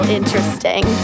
interesting